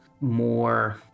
more